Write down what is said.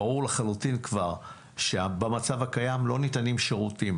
ברור לחלוטין כבר שבמצב הקיים לא ניתנים שירותים,